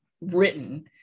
written